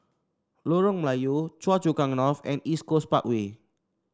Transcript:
Lorong Melayu Choa Chu Kang North and East Coast Parkway